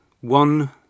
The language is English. one